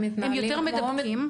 הם יותר מדבקים,